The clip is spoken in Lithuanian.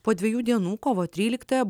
po dviejų dienų kovo tryliktąją